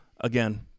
again